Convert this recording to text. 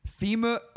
FEMA